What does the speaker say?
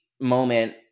moment